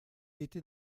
était